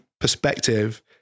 perspective